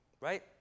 right